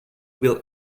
will